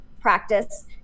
practice